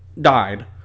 died